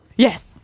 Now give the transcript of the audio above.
Yes